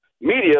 media